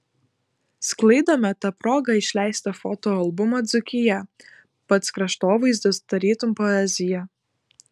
sklaidome ta proga išleistą fotoalbumą dzūkija pats kraštovaizdis tarytum poezija